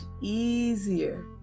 easier